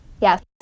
Yes